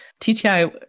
TTI